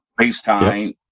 FaceTime